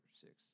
six